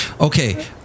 okay